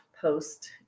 post